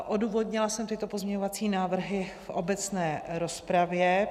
Odůvodnila jsem tyto pozměňovací návrhy v obecné rozpravě.